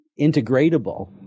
integratable